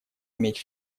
иметь